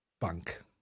bank